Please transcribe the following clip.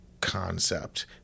concept